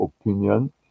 opinion